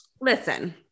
Listen